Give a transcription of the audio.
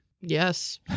Yes